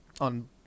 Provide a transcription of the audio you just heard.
on